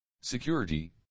security